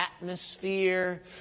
atmosphere